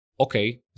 Okay